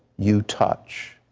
you touch.